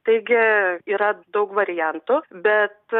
taigi yra daug variantų bet